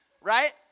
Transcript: right